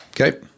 Okay